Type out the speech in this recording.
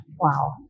Wow